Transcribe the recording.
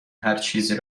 هرچیزی